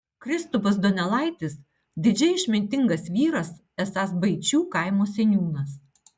kristupas donelaitis didžiai išmintingas vyras esąs baičių kaimo seniūnas